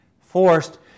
forced